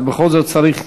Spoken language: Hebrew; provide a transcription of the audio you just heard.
אבל בכל זאת צריך.